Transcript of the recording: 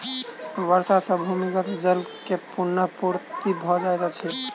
वर्षा सॅ भूमिगत जल के पुनःपूर्ति भ जाइत अछि